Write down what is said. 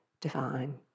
divine